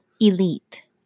Elite